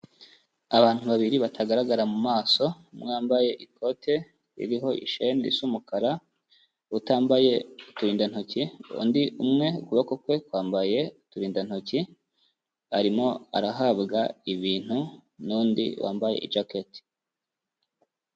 Abantu babiri batagaragara mu maso, umwe wambaye ikote ririho ishani risa umukara, utambaye uturindantoki; undi umwe ukuboko kwe kwambaye uturindantoki, arimo arahabwa ibintu n'undi wambaye ijaketi.